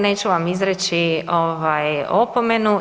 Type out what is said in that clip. Neću vam izreći opomenu.